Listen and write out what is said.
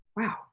Wow